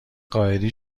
قائدی